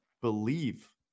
believe